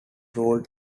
ruled